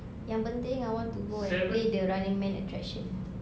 yang penting I want to go and play the running man attraction